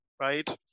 right